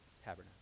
tabernacle